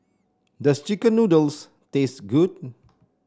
does chicken noodles taste good